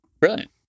Brilliant